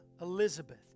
Elizabeth